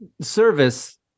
service